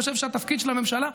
חושב שהתפקיד של הממשלה,